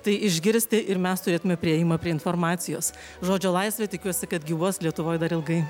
tai išgirsti ir mes turėtume priėjimą prie informacijos žodžio laisvė tikiuosi kad gyvuos lietuvoj dar ilgai